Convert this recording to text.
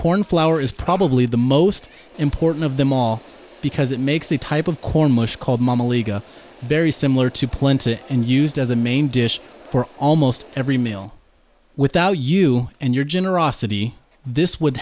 corn flour is probably the most important of them all because it makes the type of corn mush called very similar to plenty and used as a main dish for almost every meal without you and your generosity this would